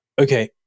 Okay